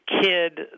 kid